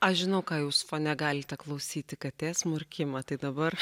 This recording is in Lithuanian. aš žinau ką jūs fone galite klausyti katės murkimą tai dabar